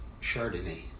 Chardonnay